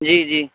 ਜੀ ਜੀ